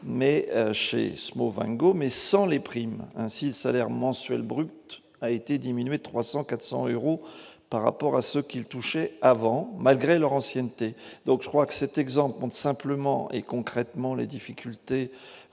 chez Smovengo, mais sans les primes, ainsi le salaire mensuel brut a été diminué 300 400 euros par rapport à ce qu'ils touchaient avant malgré leur ancienneté, donc je crois que c'est exemple monde simplement et concrètement les difficultés